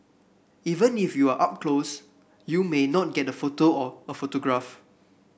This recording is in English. even if you are up close you may not get a photo or autograph